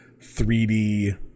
3D